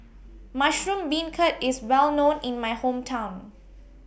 Mushroom Beancurd IS Well known in My Hometown